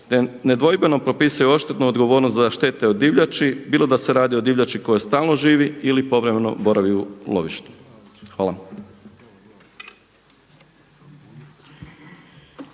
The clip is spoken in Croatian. te nedvojbeno propisuje odštetnu odgovornost za štete od divljači, bilo da se radi o divljači koja stalno živi ili povremeno boravi u lovištu. Hvala.